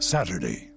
Saturday